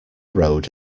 road